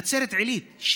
נצרת עילית,